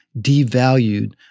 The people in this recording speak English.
devalued